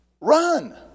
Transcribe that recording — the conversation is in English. Run